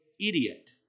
idiot